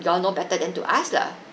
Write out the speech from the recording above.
you all know better than to ask lah